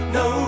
no